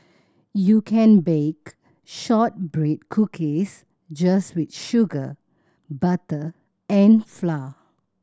you can bake shortbread cookies just with sugar butter and flour